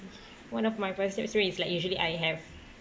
one of my perceptive is like usually I have